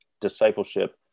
discipleship